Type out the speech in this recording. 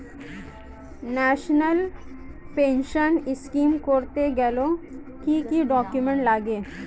National pension scheme করতে গেলে কি কি ডকুমেন্ট লাগে?